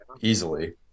Easily